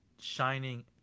shining